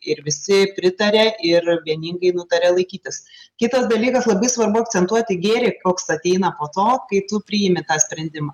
ir visi pritaria ir vieningai nutaria laikytis kitas dalykas labai svarbu akcentuoti gėrį koks ateina po to kai tu priimi tą sprendimą